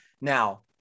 Now